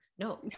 No